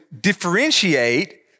differentiate